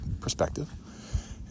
perspective